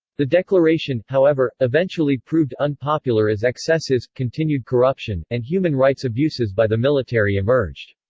the declaration, however, eventually proved unpopular as excesses, continued corruption, and human rights abuses by the military emerged.